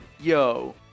yo